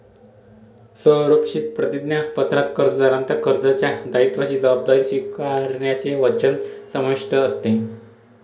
संरक्षित प्रतिज्ञापत्रात कर्जदाराच्या कर्जाच्या दायित्वाची जबाबदारी स्वीकारण्याचे वचन समाविष्ट असते